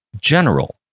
general